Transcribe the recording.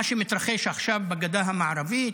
במה שמתרחש עכשיו בגדה המערבית,